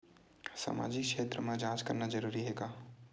सामाजिक क्षेत्र म जांच करना जरूरी हे का?